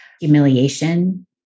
humiliation